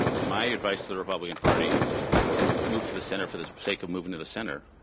and my advice to the republican party don't move to the center for the sake of moving to the center.